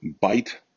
bite